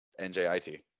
njit